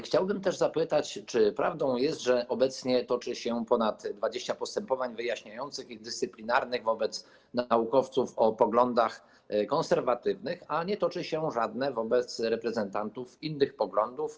Chciałbym też zapytać, czy prawdą jest, że obecnie toczy się ponad 20 postępowań wyjaśniających i dyscyplinarnych wobec naukowców o poglądach konserwatywnych, a nie toczy się żadne postępowanie wobec reprezentantów innych poglądów.